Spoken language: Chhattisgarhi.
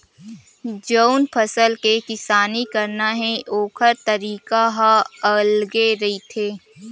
जउन फसल के किसानी करना हे ओखर तरीका ह अलगे रहिथे